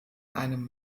einem